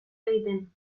egiten